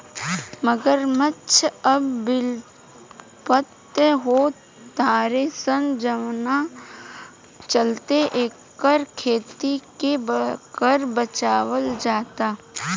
मगरमच्छ अब विलुप्त हो तारे सन जवना चलते एकर खेती के कर बचावल जाता